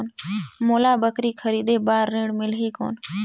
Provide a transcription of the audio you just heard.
मोला बकरी खरीदे बार ऋण मिलही कौन?